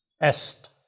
est